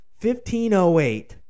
1508